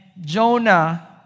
Jonah